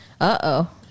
Uh-oh